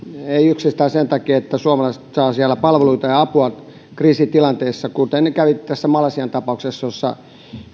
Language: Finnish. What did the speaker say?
ei yksistään sen takia että suomalaiset saavat palveluita ja apua kriisitilanteissa kuten kävi tässä malesian tapauksessa jossa